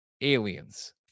Aliens